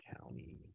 County